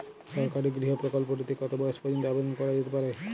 সরকারি গৃহ প্রকল্পটি তে কত বয়স পর্যন্ত আবেদন করা যেতে পারে?